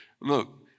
Look